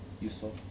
useful